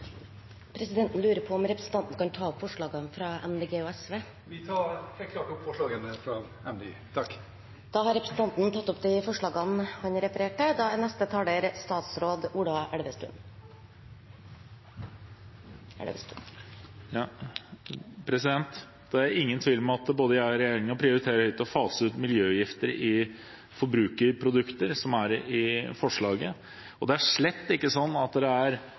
Presidenten lurer på om representanten skal ta opp forslagene fra Miljøpartiet De Grønne og SV? Jeg tar opp forslagene. Representanten Per Espen Stoknes har tatt opp de forslagene han refererte til. Det er ingen tvil om at både jeg og regjeringen prioriterer å fase ut miljøgifter i forbrukerprodukter, som representantforslaget tar opp, og det er slett ikke slik at det er